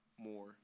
more